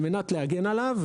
על-מנת להגן עליו,